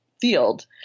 field